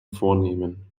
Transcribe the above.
vornehmen